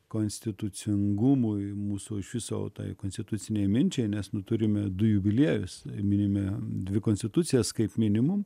konstitucingumui mūsų iš viso tai konstitucinei minčiai nes nutarime du jubiliejus minime dvi konstitucijas kaip minimum